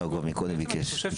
כבר ביקש קודם.